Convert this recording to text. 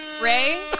Ray